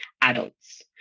adults